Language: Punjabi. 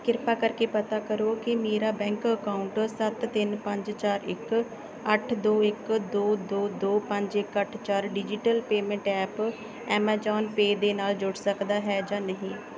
ਕਿਰਪਾ ਕਰਕੇ ਪਤਾ ਕਰੋ ਕਿ ਮੇਰਾ ਬੈਂਕ ਅਕਾਊਂਟ ਸੱਤ ਤਿੰਨ ਪੰਜ ਚਾਰ ਇੱਕ ਅੱਠ ਦੋ ਇੱਕ ਦੋ ਦੋ ਦੋ ਪੰਜ ਇੱਕ ਅੱਠ ਚਾਰ digital payment app Amazon Pay ਦੇ ਨਾਲ ਜੁੜ ਸਕਦਾ ਹੈ ਜਾਂ ਨਹੀਂ